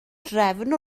drefn